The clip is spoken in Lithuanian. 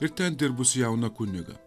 ir ten dirbusį jauną kunigą